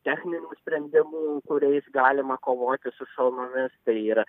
techninių sprendimų kuriais galima kovoti su šalnomis tai yra